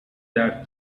that